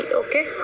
okay